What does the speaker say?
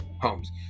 homes